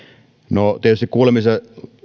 no tietysti kuulemisen